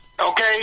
Okay